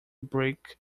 brick